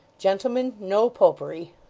gentlemen, no popery.